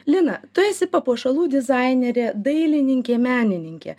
lina tu esi papuošalų dizainerė dailininkė menininkė